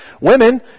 women